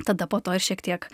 tada po to ir šiek tiek